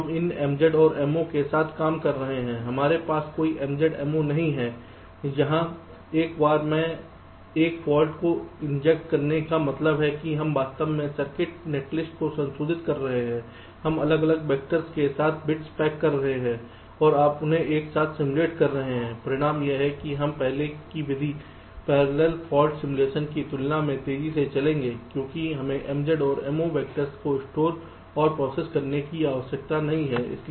अब हम उन MZ और Mo के साथ काम कर रहे हैं हमारे पास कोई MZ Mo नहीं है जहां एक बार में 1 फाल्ट को इंजेक्त करने का मतलब है कि हम वास्तव में सर्किट नेटलिस्ट को संशोधित कर रहे हैं हम अलग अलग वैक्टर के साथ बिट्स पैक कर रहे हैं और आप उन्हें एक साथ सिम्युलेट कर रहे हैं परिणाम यह है कि यह पहले की विधि पैरेलल फाल्ट सिमुलेशन की तुलना में तेजी से चलेगा क्योंकि हमें MZ और Mo वेक्टर्स को स्टोर और प्रोसेस करने की आवश्यकता नहीं है ठीक है